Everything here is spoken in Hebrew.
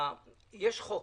יש חוק